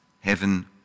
heaven